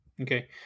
Okay